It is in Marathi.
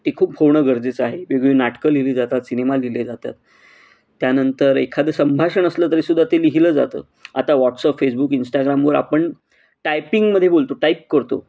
ते खूप होणं गरजेचं आहे वेगवेगळी नाटकं लिहिली जातात सिनेमा लिहिले जातात त्यानंतर एखादं संभाषण असलं तरीसुद्धा ते लिहिलं जातं आता वॉट्सअप फेसबुक इंस्टाग्रामवर आपण टायपिंगमध्ये बोलतो टाईप करतो